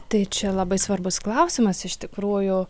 tai čia labai svarbus klausimas iš tikrųjų